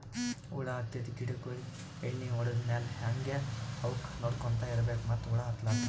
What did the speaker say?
ಹುಳ ಹತ್ತಿದ್ ಗಿಡಗೋಳಿಗ್ ಎಣ್ಣಿ ಹೊಡದ್ ಮ್ಯಾಲ್ ಹಂಗೆ ಅವಕ್ಕ್ ನೋಡ್ಕೊಂತ್ ಇರ್ಬೆಕ್ ಮತ್ತ್ ಹುಳ ಹತ್ತಲಾರದಂಗ್